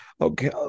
okay